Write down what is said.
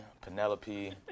Penelope